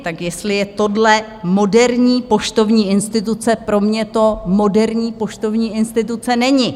Tak jestli je tohle moderní poštovní instituce, pro mě to moderní poštovní instituce není.